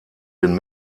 den